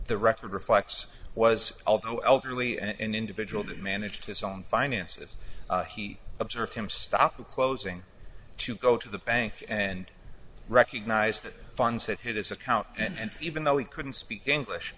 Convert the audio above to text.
the record reflects was although elderly and individual that managed his own finances he observed him stop the closing to go to the bank and recognize the funds at his account and even though he couldn't speak english